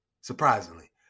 surprisingly